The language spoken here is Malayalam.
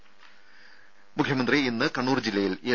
രുഭ മുഖ്യമന്ത്രി ഇന്ന് കണ്ണൂർ ജില്ലയിൽ എൽ